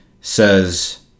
says